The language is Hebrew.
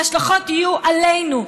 וההשלכות יהיו עלינו.